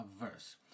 verse